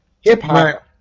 Hip-hop